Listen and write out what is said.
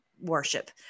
worship